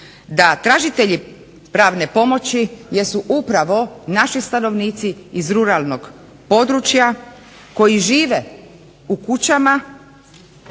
tražitelji pravne pomoći jesu upravo naši stanovnici iz ruralnog područja koji žive u kućama